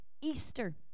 easter